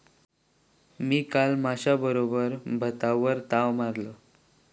मी काल माश्याबरोबर भातावर ताव मारलंय